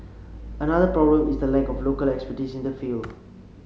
another problem is the lack of local in the field